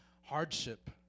hardship